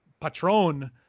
patron